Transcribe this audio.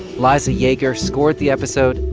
liza yeager scored the episode.